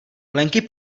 plenky